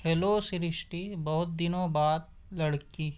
hello Shrishti بہت دنوں بعد لڑکی